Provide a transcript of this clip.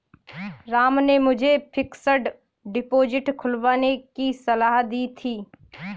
राम ने मुझे fixed deposit खुलवाने की सलाह दी थी